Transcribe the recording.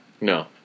No